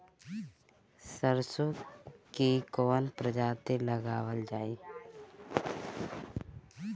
सरसो की कवन प्रजाति लगावल जाई?